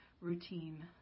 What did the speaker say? routine